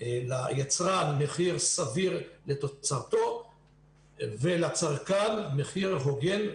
ליצרן מחיר סביר לתוצרתו ולצרכן מחיר הוגן,